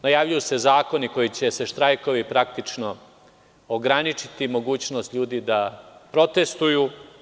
Najavljuju se zakoni kojima će se štrajkovi praktično ograničiti i mogućnost ljudi da protestvuju.